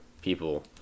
people